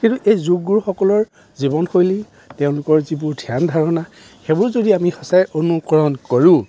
কিন্তু এই যোগগুৰুসকলৰ জীৱন শৈলী তেওঁলোকৰ যিবোৰ ধ্যান ধাৰণা সেইবোৰ যদি আমি সঁচাই অনুকৰণ কৰোঁ